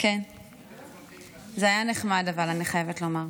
זה היה נחמד, אבל, אני חייבת לומר.